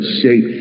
shape